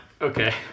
okay